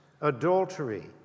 adultery